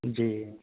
جی